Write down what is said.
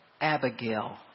Abigail